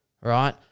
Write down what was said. right